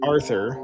Arthur